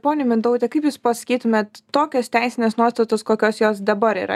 ponia mintaute kaip jūs paskytumėt tokios teisinės nuostatos kokios jos dabar yra